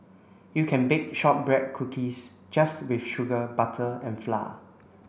you can bake shortbread cookies just with sugar butter and flour